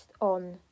on